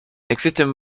existen